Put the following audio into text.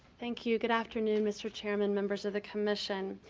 thank you. good afternoon, mr. chairman, members of the commission.